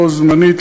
בו-זמנית,